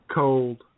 cold